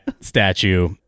statue